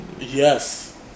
Yes